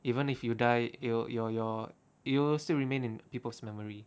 even if you die you you're you're you'll still remain in people's memory